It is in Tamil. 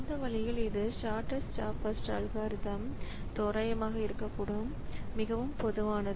இந்த வழியில் இது ஷார்ட்ஸ்ட் ஜாப் ஃபர்ஸ்ட் அல்காரிதம் இது தோராயமாக இருக்கக்கூடும் இது மிகவும் பொதுவானது